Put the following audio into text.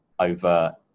over